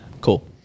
Cool